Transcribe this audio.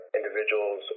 individuals